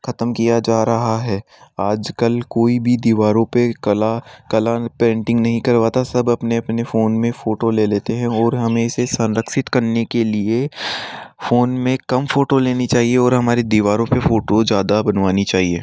खत्म किया जा रहा है आज कल कोई भी दीवारों पे कला कलर पेंटिंग नहीं करवाता सब अपने अपने फ़ोन में फ़ोटो ले लेते हैं ओर हमें इसे संरक्षित करने के लिए फ़ोन में कम फ़ोटो लेनी चाहिए और हमारी दीवारों पर फ़ोटो ज़्यादा बनवानी चाहिए